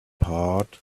part